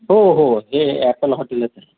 हो हो हे आपण हॉटेलच आहे